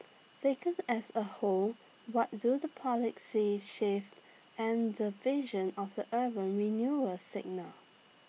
taken as A whole what do the policy shifts and the vision of the urban renewal signal